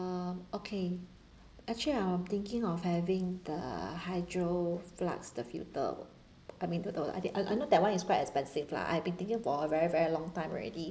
okay actually I am thinking of having the hydro flask the filter I mean the the I the I I know that [one] is quite expensive lah I've been thinking for a very very long time already